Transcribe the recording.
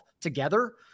together